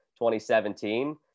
2017